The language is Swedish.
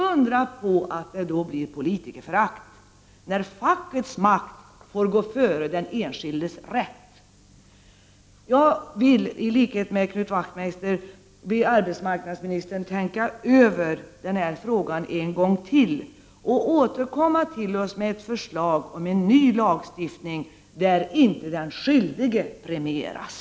Undra på att det blir politikerförakt, när fackets makt får gå före den enskildes rätt! Jag vill i likhet med Knut Wachtmeister be arbetsmarknadsministern: Tänk över denna fråga en gång till, och återkom till oss med förslag till ny lagstiftning, där inte den skyldige premieras!